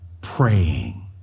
praying